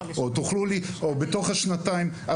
או בתוך השנתיים?